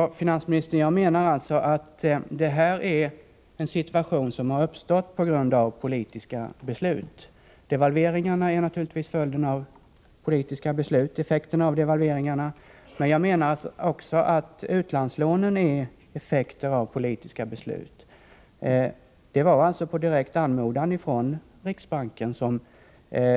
Herr talman! Jag menar, finansministern, att detta är en situation som har uppstått på grund av politiska beslut. Effekterna av devalveringarna är naturligtvis följden av sådana beslut. Jag anser att också utlandslånen är effekter av politiska beslut. Det var alltså på riksbankens rekommendation som